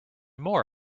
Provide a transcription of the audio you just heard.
more